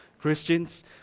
Christians